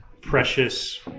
precious